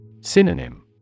Synonym